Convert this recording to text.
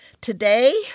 Today